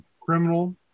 criminal